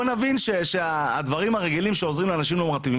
בואו נבין שהדברים הרגילים שעוזרים לאנשים נורמטיביים,